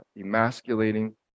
emasculating